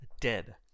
dead